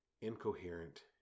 incoherent